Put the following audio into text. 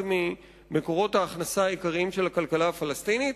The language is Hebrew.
ממקורות ההכנסה העיקריים של הכלכלה הפלסטינית,